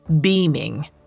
beaming